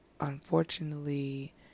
unfortunately